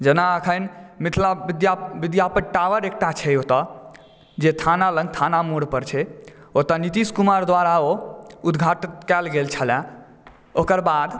जेना एखन मिथिला विद्यापति टावर एकटा छै ओतऽ जे थाना लग थाना मोड़ पर छै ओतऽ नीतीश कुमार द्वारा ओ उद्घाटन कयल गेल छलए ओकर बाद